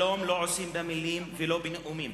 שלום לא עושים במלים ולא בנאומים,